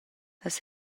las